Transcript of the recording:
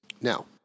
Now